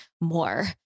more